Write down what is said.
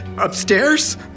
Upstairs